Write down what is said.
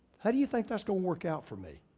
how do you think that's gonna work out for me?